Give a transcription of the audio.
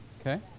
Okay